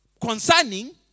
concerning